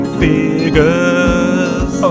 figures